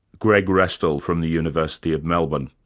greg restall, from the university of melbourne.